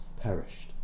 perished